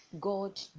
god